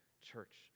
church